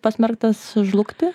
pasmerktas žlugti